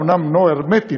אומנם לא הרמטית,